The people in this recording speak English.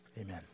Amen